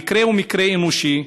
המקרה הוא מקרה אנושי.